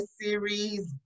series